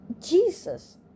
Jesus